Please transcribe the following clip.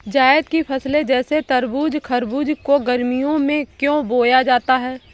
जायद की फसले जैसे तरबूज़ खरबूज को गर्मियों में क्यो बोया जाता है?